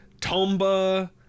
tomba